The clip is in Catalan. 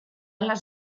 les